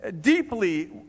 deeply